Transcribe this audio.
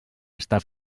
està